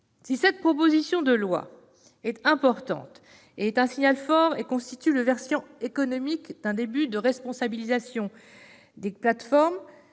Si cette proposition de loi, importante, est un signal fort et constitue le versant économique d'un début de responsabilisation des plateformes,